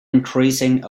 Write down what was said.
increasing